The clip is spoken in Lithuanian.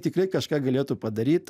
tikrai kažką galėtų padaryt